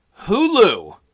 Hulu